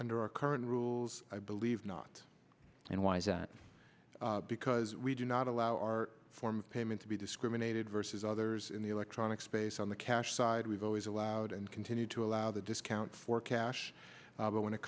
under our current rules i believe not unwise because we do not allow our form of payment to be discriminated versus others in the electronic space on the cash side we've always allowed and continue to allow the discount for cash but when it